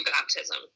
baptism